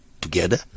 together